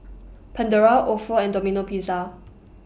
Pandora Ofo and Domino Pizza